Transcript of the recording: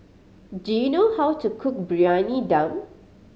do you know how to cook Briyani Dum